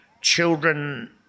children